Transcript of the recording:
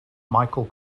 michael